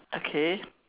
okay